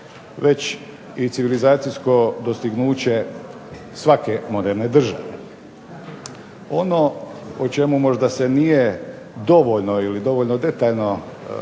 već i civilizacijsko dostignuće svake moderne države. Ono o čemu se nije dovoljno ili dovoljno detaljno